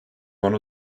one